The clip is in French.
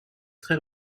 très